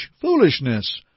foolishness